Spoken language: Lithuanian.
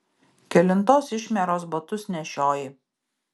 kelintos išmieros batus nešioji